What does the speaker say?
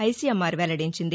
ICMR వెల్లడించింది